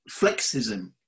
flexism